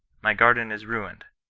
my garden is ruined